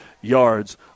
yards